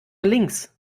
links